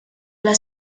bla